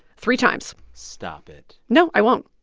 three times stop it no, i won't.